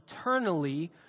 eternally